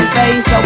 face